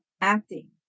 acting